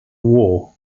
war